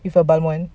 with a balmond